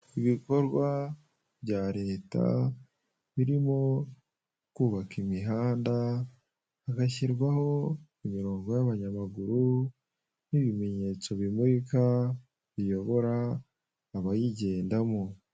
Ibikorwa bya leta birimo kubaka imihanda hagashirwaho imirongo y'abanyamaguru, n'ibimenyetso bimurika, biyobora abayigendamo.